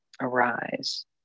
arise